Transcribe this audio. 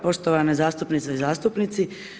Poštovane zastupnice i zastupnici.